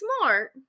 smart